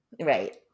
Right